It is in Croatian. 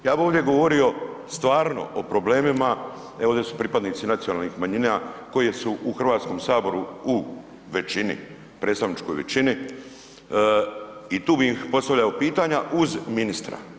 Ja bi ovdje govorio stvarno o problemima, evo ovdje su pripadnici nacionalnih manjina koji su u Hrvatskom saboru u većini, predstavničkoj većini i tu mi postavljamo pitanja uz ministra.